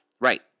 Right